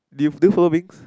did you don't follow bigs